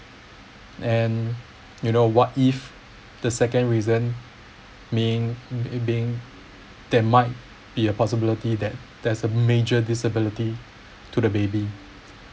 and you know what if the second reason mean being there might be a possibility that there's a major disability to the baby